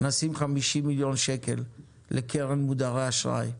נשים 50 מיליון שקל לקרן מודרי אשראי.